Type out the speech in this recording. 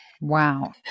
wow